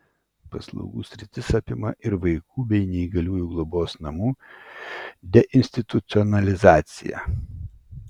paslaugų sritis apima ir vaikų bei neįgaliųjų globos namų deinstitucionalizaciją